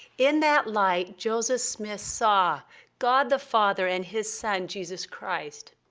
in that light, joseph smith saw god the father and his son, jesus christ.